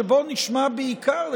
שבו נשמע בעיקר,